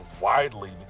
widely